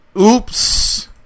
Oops